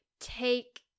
take